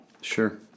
sure